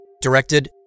directed